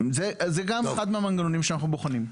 זה גם אחד מהמנגנונים שאנחנו בוחרים.